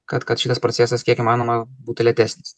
kad kad šitas procesas kiek įmanoma būtų lėtesnis